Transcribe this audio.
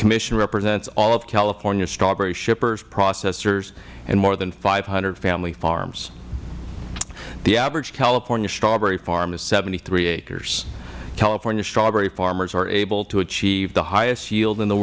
commission represents all of californias strawberry shippers processors and more than five hundred family farms the average california strawberry farm is seventy three acres california strawberry farmers are able to achieve the highest yield in the